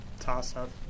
toss-up